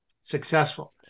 successful